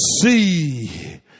see